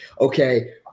Okay